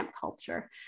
culture